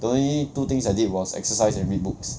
the only two things I did was exercise and read books